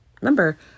Remember